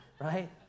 Right